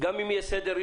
גם אם יהיה סדר-יום,